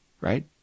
right